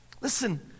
Listen